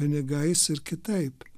pinigais ir kitaip